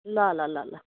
ल ल ल ल